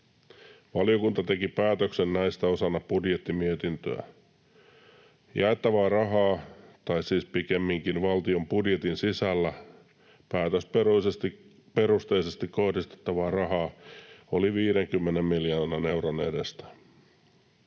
Valiokunta teki päätöksen näistä osana budjettimietintöä. Jaettavaa rahaa tai siis pikemminkin valtion budjetin sisällä päätösperusteisesti kohdistettavaa rahaa oli 50 miljoonan euron edestä.